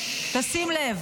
תשים לב,